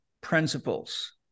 principles